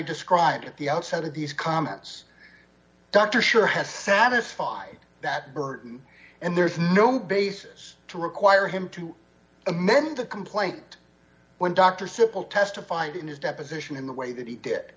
described at the outset of these comments dr sure has satisfied that burton and there's no basis to require him to amend the complaint when dr simple testified in his deposition in the way that he d